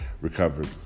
recovered